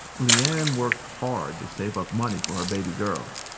le-ann worked hard to save up money for her baby girl.